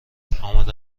آمده